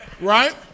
Right